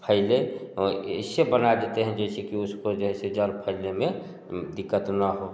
फैले और ऐसे बना देते हैं जैसे कि उसको जो है सो जल में दिक़्क़त ना हो